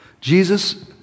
Jesus